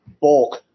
bulk